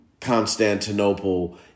Constantinople